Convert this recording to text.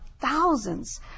thousands